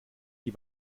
die